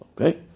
Okay